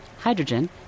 hydrogen